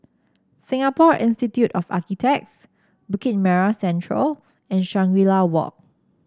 Singapore Institute of Architects Bukit Merah Central and Shangri La Walk